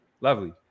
lovely